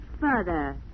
further